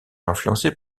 influencée